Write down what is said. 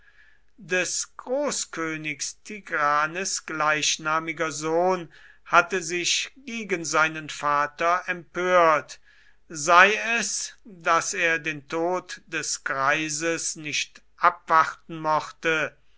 des großkönigs tigranes gleichnamiger sohn hatte sich gegen seinen vater empört sei es daß er den tod des greises nicht abwarten mochte